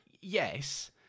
Yes